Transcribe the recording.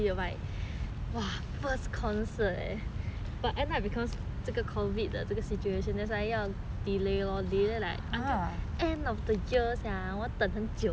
concert eh but end up because 这个 COVID 的这个 situation that's why 要 delay delay like until end of the year sia 我要等很久 eh